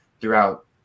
throughout